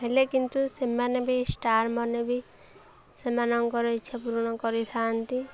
ହେଲେ କିନ୍ତୁ ସେମାନେ ବି ଷ୍ଟାର୍ ମାନେ ବି ସେମାନଙ୍କର ଇଚ୍ଛା ପୂରଣ କରିଥାନ୍ତି